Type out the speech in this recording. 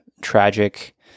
tragic